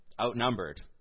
outnumbered